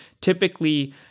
Typically